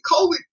COVID